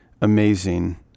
amazing